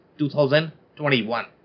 2021